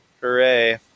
hooray